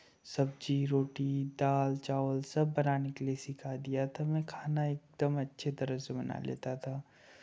सब्ज़ी रोटी दाल चावल सब बनाने के लिए सिखा दिया था मैं खाना एकदम अच्छी तरह से बना लेता था